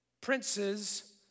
princes